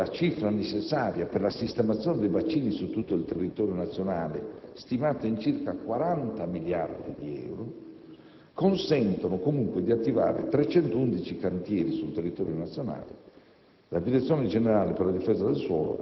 e ancora più esigue rispetto alla cifra necessaria per la sistemazione dei bacini su tutto il territorio nazionale, stimata in circa 40 miliardi di euro, consentono comunque di attivare 311 cantieri sul territorio nazionale.